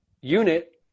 unit